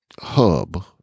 hub